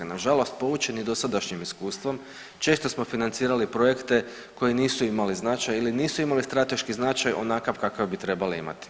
Nažalost poučeni dosadašnjim iskustvom često smo financirali projekte koji nisu imali značaj ili nisu imali strateški značaj onakav kakav bi trebali imati.